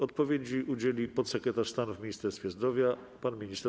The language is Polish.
Odpowiedzi udzieli podsekretarz stanu w Ministerstwie Zdrowia pan minister